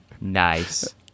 nice